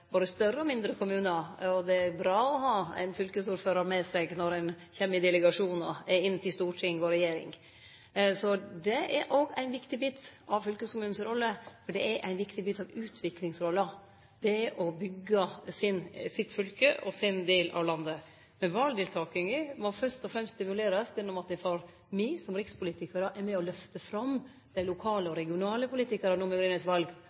både større og mindre kommunar. Det er bra å ha ein fylkesordførar med seg når ein kjem i delegasjonar inn til storting og regjering. Så det er òg ein viktig bit av fylkeskommunens rolle, for det er ein viktig bit av utviklingsrolla å byggje sitt fylke og sin del av landet. Men valdeltakinga må fyrst og fremst stimulerast gjennom at me som rikspolitikarar er med og lyfter fram dei lokale og regionale politikarane i samband med val,